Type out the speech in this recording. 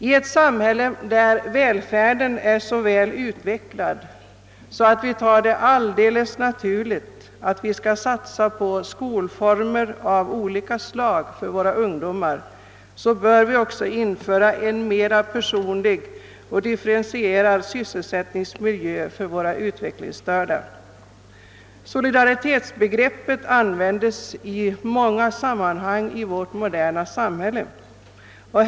I ett samhälle, där välfärden är så utvecklad att vi betraktar det som helt naturligt att satsa på skolformer av olika slag för våra ungdomar, bör vi också införa en mera personlig och differentierad sysselsättningsmiljö för de utvecklingsstörda. Solidaritetsbegreppet användes i många sammanhang i vårt moderna samhälle.